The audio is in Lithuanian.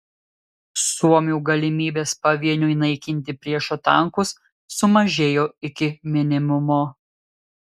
suomių galimybės pavieniui naikinti priešo tankus sumažėjo iki minimumo